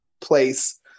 place